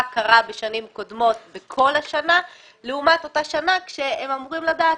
קרה בשנים קודמות בכל השנה לעומת אותה שנה כשהם אמורים לדעת